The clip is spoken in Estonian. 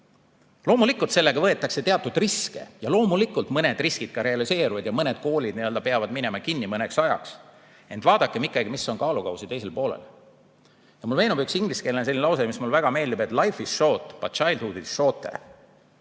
Loomulikult, sellega võetakse teatud riske ja loomulikult mõned riskid ka realiseeruvad ja mõned koolid peavad minema kinni mõneks ajaks. Ent vaadakem ikkagi, mis on kaalukausi teisel poolel. Mulle meenub üks ingliskeelne lause, mis mulle väga meeldib:life is short but childhood is shorter.